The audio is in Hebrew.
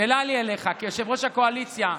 שאלה לי אליך כיושב-ראש הקואליציה: